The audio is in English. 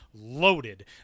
loaded